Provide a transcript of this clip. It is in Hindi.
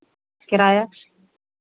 किराया